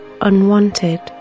unwanted